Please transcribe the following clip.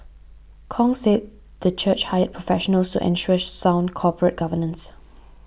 Kong said the church hired professionals to ensure sound corporate governance